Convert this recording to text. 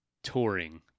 touring